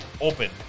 open